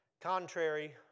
...contrary